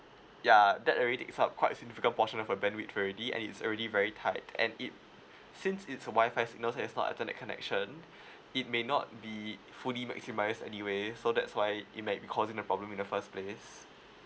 yeah that already felt quite significant of portion of a bandwidth already and it's already very tight and it since it's a WI-FI signals that has not attend that connection it may not be fully maximize anyway so that's why it might be causing a problem in the first place yes